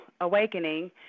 awakening